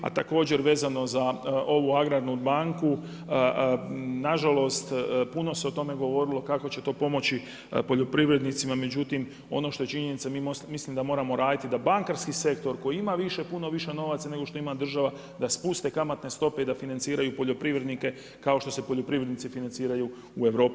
A također vezano za ovu Agram banku, nažalost, puno se o tome govorili, kako će to pomoći poljoprivrednicima, međutim, ono što je činjenica mislim da moramo raditi, da bankarski sektor koji ima više, puno više novaca nego što ima država da spuste kamatne stope i da financiraju poljoprivrednike, kao što se poljoprivrednici financiraju u Europi.